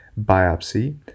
biopsy